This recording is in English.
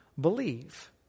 Believe